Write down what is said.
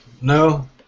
no